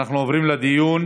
אנחנו עוברים לדיון.